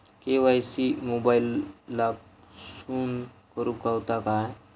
KYC मोबाईलातसून करुक गावता काय?